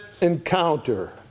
encounter